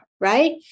right